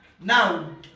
now